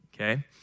Okay